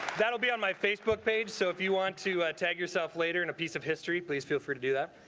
that will be on my facebook page. so if you want to tag yourself later in a piece of history. please feel free to do that.